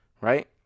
right